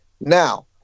Now